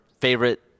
favorite